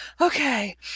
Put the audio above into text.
okay